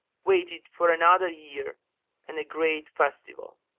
waited for another year and a great festival